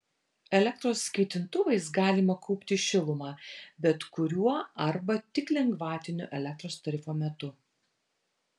elektros kaitintuvais galima kaupti šilumą bet kuriuo arba tik lengvatinio elektros tarifo metu